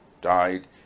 died